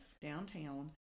downtown